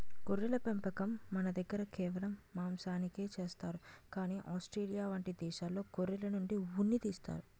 గొర్రెల పెంపకం మనదగ్గర కేవలం మాంసానికే చేస్తారు కానీ ఆస్ట్రేలియా వంటి దేశాల్లో గొర్రెల నుండి ఉన్ని తీస్తారు